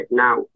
now